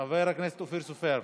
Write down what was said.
חבר הכנסת אופיר סופר.